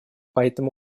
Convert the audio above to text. поэтому